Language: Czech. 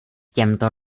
těmto